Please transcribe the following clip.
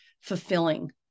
fulfilling